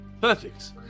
Perfect